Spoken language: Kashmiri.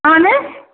اَہن حظ